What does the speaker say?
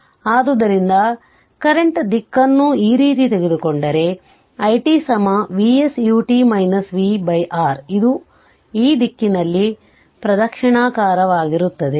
ಆದ್ದರಿಂದ ಕರೆಂಟ್ ದಿಕ್ಕನ್ನು ಈ ರೀತಿ ತೆಗೆದುಕೊಂಡರೆ i Vsu V R ಇದು ಈ ದಿಕ್ಕಿನಲ್ಲಿ ಪ್ರದಕ್ಷಿಣಾಕಾರವಾಗಿರುತ್ತದೆ